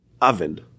oven